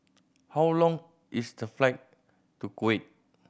how long is the flight to Kuwait